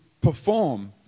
perform